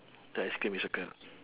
the ice cream you circle